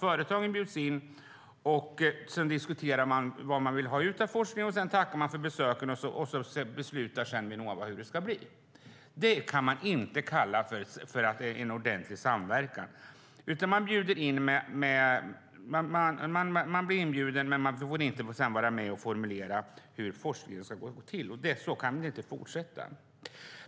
Företagen bjuds in, man diskuterar vad man vill ha ut av forskningen och Vinnova tackar för besöken. Sedan beslutar Vinnova hur det ska bli. Det kan man inte kalla en ordentlig samverkan. Man blir inbjuden men får sedan inte vara med och formulera hur forskningen ska gå till. Så kan det inte fortsätta.